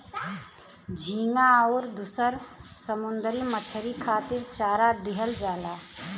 झींगा आउर दुसर समुंदरी मछरी खातिर चारा दिहल जाला